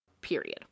period